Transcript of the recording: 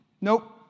Nope